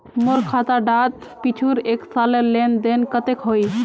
मोर खाता डात पिछुर एक सालेर लेन देन कतेक होइए?